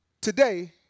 today